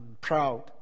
proud